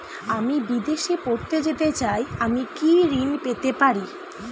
আমি বিদেশে পড়তে যেতে চাই আমি কি ঋণ পেতে পারি?